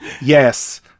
Yes